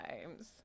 times